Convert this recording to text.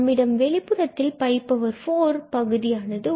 நம்மிடம் வெளிப்புறத்தில் 4 இந்த பகுதியானது உள்ளது